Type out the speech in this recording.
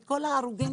כל ההרוגים,